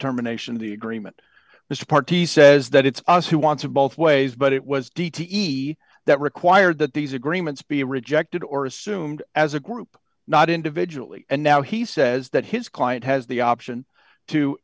terminations the agreement mr party says that it's us who wants it both ways but it was d t e that required that these agreements be rejected or assumed as a group not individually and now he says that his client has the option to